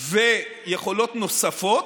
ויכולות נוספות.